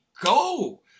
go